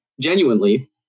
genuinely